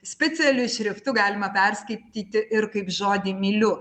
specialiu šriftu galima perskaityti ir kaip žodį myliu